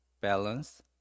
balance